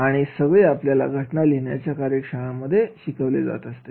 आणि सगळी आपल्याला घटना लिहिण्याच्या कार्यशाळेमध्ये हे सगळे शिकवले जातात